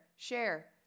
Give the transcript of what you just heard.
Share